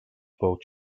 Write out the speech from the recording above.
four